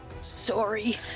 sorry